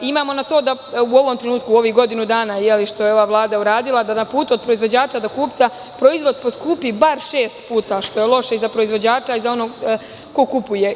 U ovom trenutku, u ovih godinu dana što je ova Vlada uradila, da na putu od proizvođača do kupca proizvod poskupi bar šest puta, što je loše i za proizvođača i za onog ko kupuje.